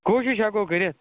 کوٗشِش ہٮ۪کو کٔرِتھ